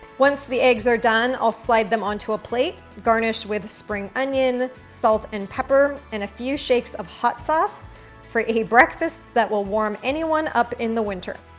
once the eggs are done, i'll slide them onto a plate, garnish with spring onion, salt, and pepper, and a few shakes of hot sauce for a breakfast that will warm anyone up in the winter.